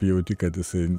jauti kad jisai